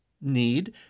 need